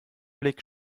blick